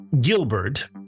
Gilbert